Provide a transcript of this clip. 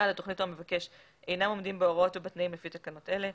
התוכנית או המבקש אינם עומדים בהוראות ובתנאים לפי תקנות אלה,